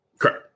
Correct